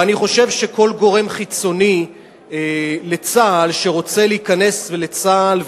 ואני חושב שכל גורם חיצוני לצה"ל שרוצה להיכנס לצה"ל,